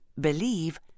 believe